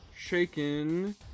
Shaken